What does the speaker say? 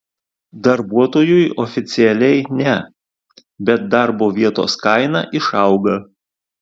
darbuotojui oficialiai ne bet darbo vietos kaina išauga